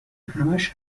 همش